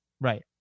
Right